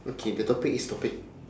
okay the topic is topic